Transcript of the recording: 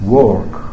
work